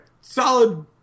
solid